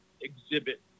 exhibit